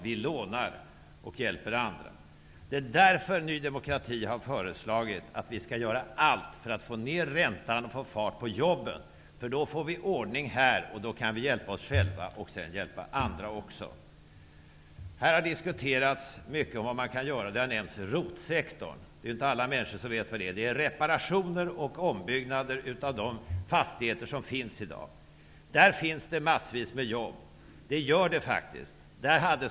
Vi lånar och hjälper andra. Det är därför Ny demokrati har föreslagit att vi skall göra allt för att få ned räntan och få fart på jobben. Då får vi ordning här. Då kan vi hjälpa oss själva och även andra. Här har diskuterats mycket om vad man kan göra. ROT-sektorn har nämnts. Alla människor vet inte vad det är. Det är reparationer och ombyggnader av fastigheter som finns i dag. Där finns massvis med jobb. Det gör det faktiskt.